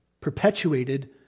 perpetuated